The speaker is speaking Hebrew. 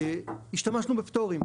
השתמשנו בפטורים.